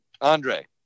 Andre